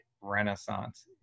renaissance